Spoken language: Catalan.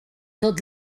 tot